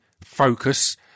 focus